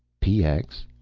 px?